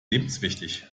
lebenswichtig